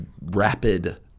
rapid